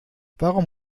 warum